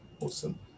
Awesome